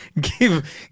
give